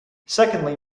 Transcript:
secondly